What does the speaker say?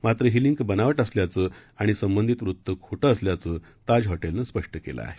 मात्र ही लिंक बनावट असल्याचं आणि संबंधित वृत्त खोटं असल्याचं ताज हॉटेलनं स्पष्ट केलं आहे